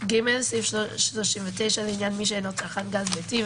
סעיף 39 לעניין מי שאינו צרכן גז ביתי,